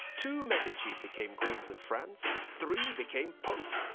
two medici became queens of france, three became pope.